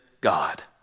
God